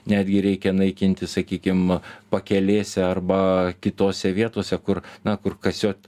netgi reikia naikinti sakykim pakelėse arba kitose vietose kur na kur kasiot